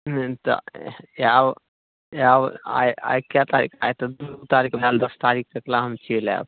हँ तऽ आएब आएब आइ आइ कै तारीख आइ तऽ दुइ तारीख भेल दस तारीख तकलए हम चलि आएब